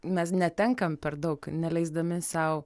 mes netenkam per daug neleisdami sau